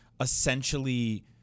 essentially